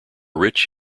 rich